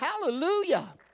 hallelujah